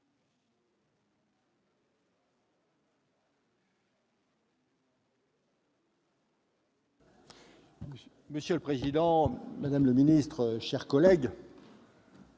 Monsieur le président, madame la ministre, mes chers collègues,